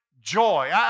joy